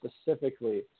specifically